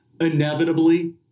Inevitably